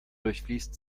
durchfließt